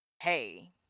hey